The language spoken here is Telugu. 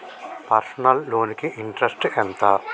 పర్సనల్ లోన్ కి ఇంట్రెస్ట్ ఎంత?